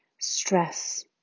stress